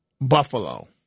Buffalo